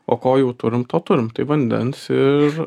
o ko jau turim to turim tai vandens ir